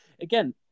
again